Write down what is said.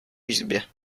izbie